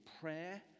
prayer